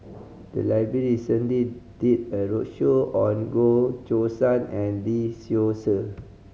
the library recently did a roadshow on Goh Choo San and Lee Seow Ser